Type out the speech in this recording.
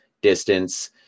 distance